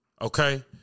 Okay